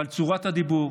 אבל צורת הדיבור,